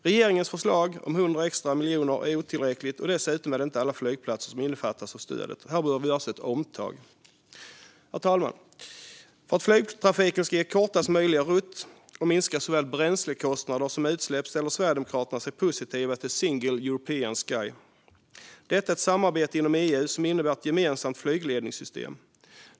Regeringens förslag om 100 extra miljoner är otillräckligt, och dessutom är det inte alla flygplatser som innefattas av stödet. Här behöver det göras ett omtag. Herr talman! För att flygtrafiken ska ges kortast möjliga rutt, och därmed minska såväl bränslekostnader som utsläpp, ställer sig Sverigedemokraterna positiva till Single European Sky. Detta är ett arbete inom EU som innebär ett gemensamt flygledningssystem.